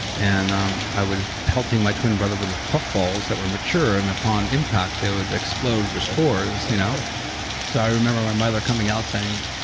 and um i was pelting my twin brother with puff balls that were mature and upon impact, they would explode with spores. you know so i remember my mother coming out saying,